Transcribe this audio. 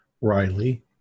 Riley